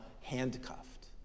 handcuffed